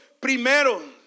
primero